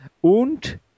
und